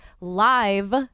live